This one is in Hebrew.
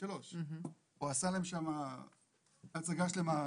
3. הוא עשה להם שם הצגה שלמה.